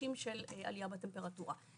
תרחישים של עלייה בטמפרטורה.